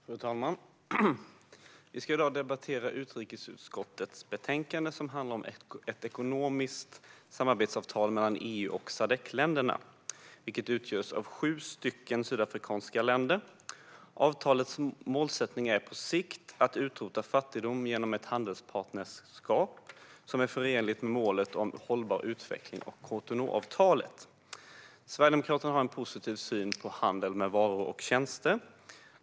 Ekonomiskt partner-skapsavtal mellan Europeiska unionen och dess medlems-stater, å ena sidan, och de avtalsslutande Sadc-staterna, å andra sidan Fru talman! Vi ska i dag debattera utrikesutskottets betänkande som handlar om ett ekonomiskt samarbetsavtal mellan EU och Sadc-länderna, vilka utgörs av sju sydafrikanska länder. Avtalets målsättning är att på sikt utrota fattigdom genom ett handelspartnerskap som är förenligt med målet om hållbar utveckling och Cotonouavtalet. Sverigedemokraterna har en positiv syn på handel med varor och tjänster.